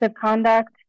conduct